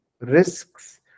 risks